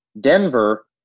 Denver